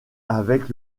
avec